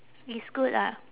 it's good lah